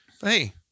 Hey